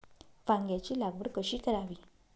वांग्यांची लागवड कशी करावी?